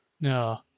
No